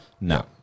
No